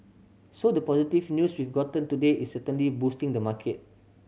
so the positive news we've gotten today is certainly boosting the market